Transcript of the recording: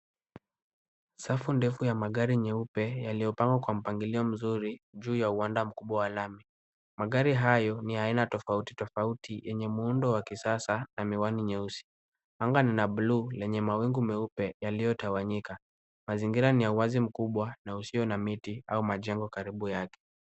Safu ndefu ya magari nyeupe yaliyopangwa kwa mpangilio mzuri juu ya uwanda mkubwa wa lami. Magari hayo ni ya aina tofauti tofauti yenye muundo wa kisasa na miwani nyeusi. Anga ni la buluu lenye mawingu meupe yaliyotawanyika. Mazingira ni ya uwazi kubwa na usio na miti au majengo karibu yake.